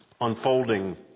unfolding